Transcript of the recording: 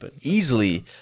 easily